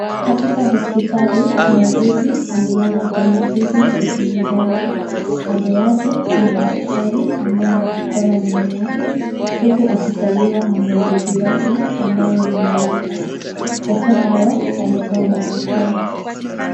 Katika hospitali muuguzi amelala kwenye kiti cha uchunguzi. Kando yake, kuna daktari ambaye anachokora meno yake, huku akisaidiwa na muuguzi wake ambaye anamulika. Wote hawa wamevaa barakoa.